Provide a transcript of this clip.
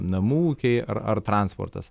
namų ūkiai ar ar transportas